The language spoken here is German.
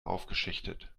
aufgeschichtet